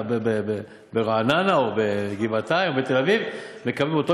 ברעננה או בגבעתיים או בתל-אביב מקבלת?